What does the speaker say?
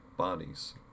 bodies